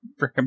freaking